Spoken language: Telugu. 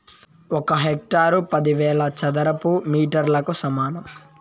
ఒక హెక్టారు పదివేల చదరపు మీటర్లకు సమానం